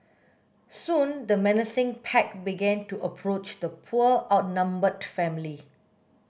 soon the menacing pack began to approach the poor outnumbered family